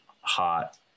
hot